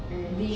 mm